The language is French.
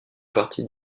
partie